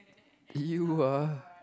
you ah